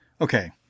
Okay